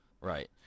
Right